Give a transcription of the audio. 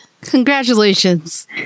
Congratulations